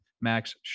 Max